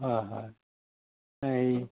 হয় হয় এই